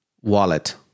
wallet